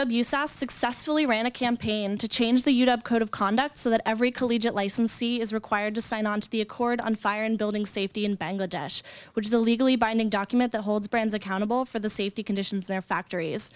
saw successfully ran a campaign to change the youth of code of conduct so that every collegiate licensee is required to sign on to the accord on fire and building safety in bangladesh which is a legally binding document that holds brands accountable for the safety conditions their factories